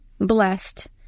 blessed